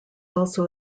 also